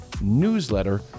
newsletter